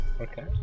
Okay